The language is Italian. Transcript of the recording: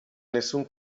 nessun